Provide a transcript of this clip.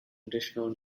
additional